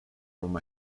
from